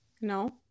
No